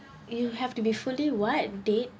you have to be fully what date